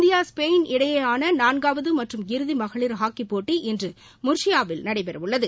India Spain இடையேயான நான்காவது மற்றும் இறுதி மகளிர் ஹாக்கிப் போட்டி இன்று முர்சியாவில் நடைபெறவுள்ளது